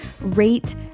rate